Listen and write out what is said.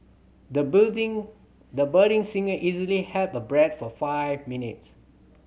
the budding the budding singer easily held her breath for five minutes